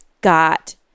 got